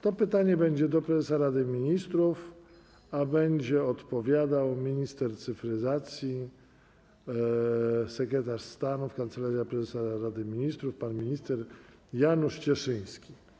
To pytanie będzie skierowane do prezesa Rady Ministrów, a będzie odpowiadał minister cyfryzacji, sekretarz stanu w Kancelarii Prezesa Rady Ministrów pan minister Janusz Cieszyński.